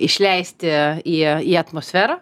išleisti į į atmosferą